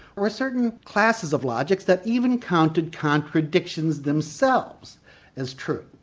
were certain classes of logics that even counted contradictions themselves as true.